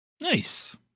Nice